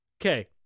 Okay